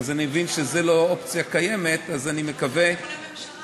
אני גם רוצה